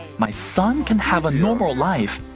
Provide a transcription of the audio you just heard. my son can have a normal life,